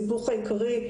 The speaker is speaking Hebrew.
כשהסיבוך העיקרי,